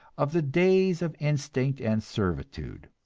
of the days of instinct and servitude.